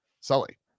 Sully